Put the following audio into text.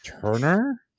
Turner